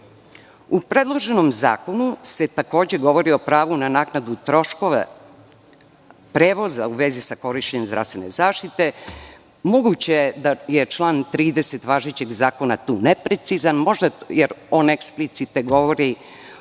predloženom zakonu se takođe govori o pravu na naknadu troškove prevoza u vezi sa korišćenjem zdravstvene zaštite. Moguće je da je član 30. važećeg zakona tu neprecizan, jer on eksplicite govori